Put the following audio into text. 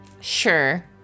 Sure